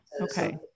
Okay